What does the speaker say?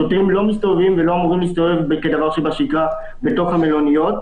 שוטרים לא מסתובבים ולא אמורים להסתובב כדבר שבשגרה בתוך המלוניות.